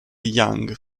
yang